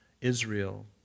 Israel